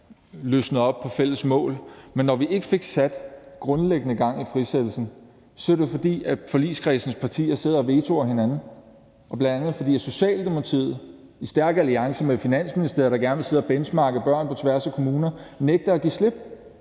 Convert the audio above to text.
løsne op på fælles mål. Men når vi ikke fik sat grundlæggende gang i frisættelsen, er det, fordi forligskredsens partier sidder og vetoer hinanden, og bl.a., fordi Socialdemokratiet i stærk alliance med Finansministeriet, der gerne vil sidde og benchmarke børn på tværs af kommuner, nægter at give slip.